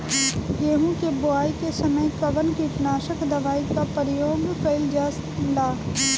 गेहूं के बोआई के समय कवन किटनाशक दवाई का प्रयोग कइल जा ला?